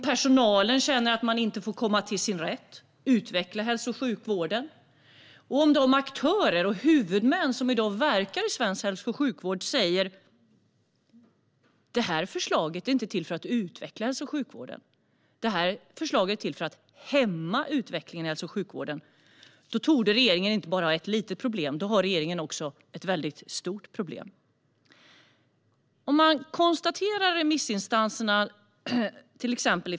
Personalen känner att de inte får komma till sin rätt och utveckla hälso och sjukvården. Och de aktörer och huvudmän som i dag verkar i svensk hälso och sjukvård säger att förslaget inte är till för att utveckla hälso och sjukvården, att förslaget är till för att hämma utvecklingen i hälso och sjukvården. Då torde regeringen inte bara ha ett litet problem utan ett väldigt stort problem.